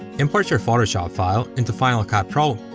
import your photoshop file into final cut pro,